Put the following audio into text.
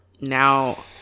now